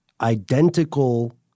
identical